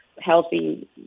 healthy